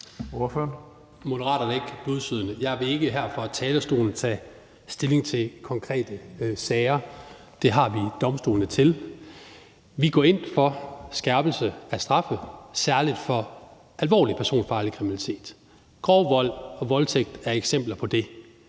Moderaterne er ikke blødsødne. Jeg vil ikke her fra talerstolen tage stilling til konkrete sager; det har vi domstolene til. Vi går ind for skærpelse af straffe, særlig for alvorlig personfarlig kriminalitet. Grov vold og voldtægt er eksempler på det.